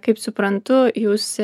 kaip suprantu jūs